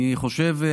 אני חושב,